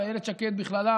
ואילת שקד בכללה,